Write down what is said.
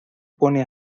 pone